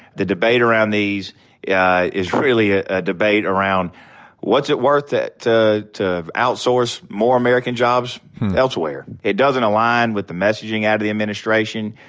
the debate around these yeah is really a debate around what's it worth to to outsource more american jobs elsewhere. it doesn't align with the messaging out of the administration.